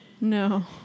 No